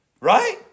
Right